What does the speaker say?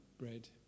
bread